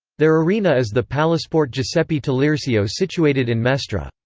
their arena is the palasport giuseppe taliercio situated in mestre. ah